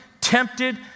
tempted